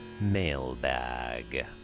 mailbag